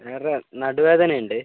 വേറെ നടുവേദന ഉണ്ട്